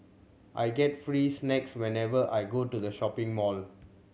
I get free snacks whenever I go to the shopping mall